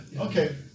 okay